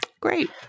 Great